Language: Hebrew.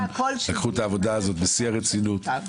לקחו את העבודה הזו בשיא הרצינות.